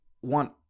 one